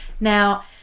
Now